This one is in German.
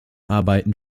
arbeiten